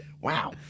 Wow